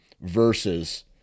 versus